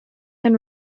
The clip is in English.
can